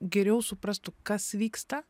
geriau suprastų kas vyksta